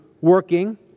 working